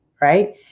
right